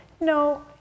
No